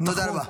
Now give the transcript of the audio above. תודה רבה.